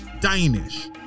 Danish